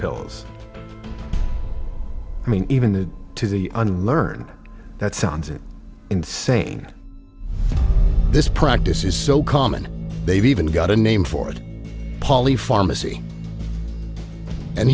pills i mean even to the n learn that sounds insane this practice is so common they've even got a name for it pauly pharmacy and